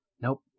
Nope